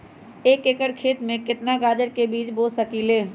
एक एकर खेत में केतना गाजर के बीज बो सकीं ले?